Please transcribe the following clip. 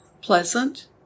pleasant